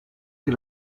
che